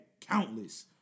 countless